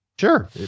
Sure